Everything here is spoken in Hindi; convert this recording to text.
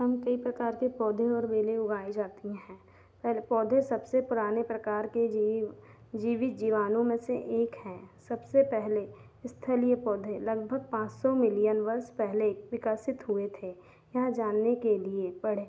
हम कई प्रकार के पौधे और बेलें उगाई जाती हैं पहले पौधे सबसे पुराने प्रकार के जीव जीवित जीवाणुओं में से एक हैं सबसे पहले स्थलीय पौधे लगभग पाँच सौ मिलियन वर्ष पहले विकसित हुए थे यह जानने के लिए पढ़ें